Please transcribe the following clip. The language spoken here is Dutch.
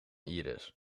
iris